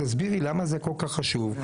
תסבירי למה זה כל כך חשוב,